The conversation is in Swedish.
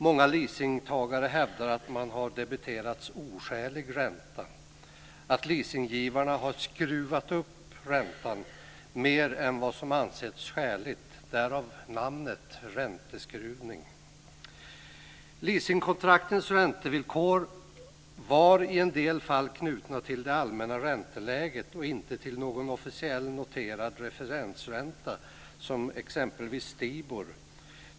Många leasingtagare hävdar att man har debiterats oskälig ränta, att leasinggivarna har "skruvat upp" räntan mer än vad som ansetts skäligt, därav namnet ränteskruvning. Leasingkontraktens räntevillkor var i en del fall knutna till det allmänna ränteläget och inte till någon officiellt noterad referensränta, som exempelvis STI BOR.